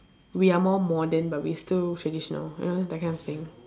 we are more modern but we still traditional you know that kind of thing